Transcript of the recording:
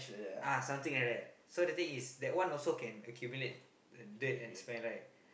ah something like that so the thing is that one also can accumulate dirt and smell right